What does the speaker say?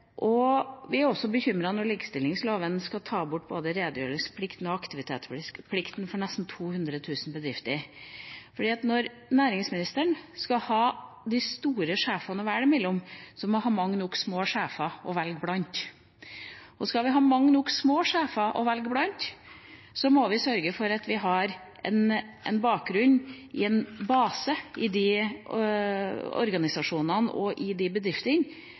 Vi er også bekymret når likestillingsloven skal ta bort både redegjørelsesplikten og aktivitetsplikten for nesten 200 000 bedrifter. For når næringsministeren skal ha de store sjefene å velge mellom, må hun ha mange nok små sjefer å velge blant. Og skal vi ha mange nok små sjefer å velge blant, må vi sørge for at vi har en base av mellomledere med mye erfaring i de organisasjonene og i de bedriftene.